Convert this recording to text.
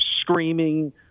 screaming